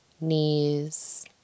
knees